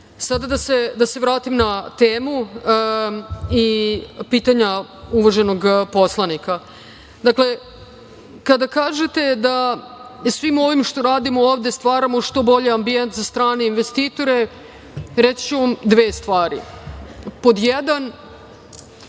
da se vratim na temu i pitanja uvaženog poslanika. Dakle, kada kažete da svim ovim što radimo ovde stvaramo što bolji ambijent za strane investitore, reći ću vam dve stvari. Pod jedan,